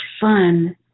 fun